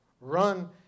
run